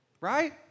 right